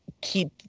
keep